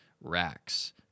racks